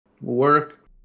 Work